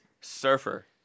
Surfer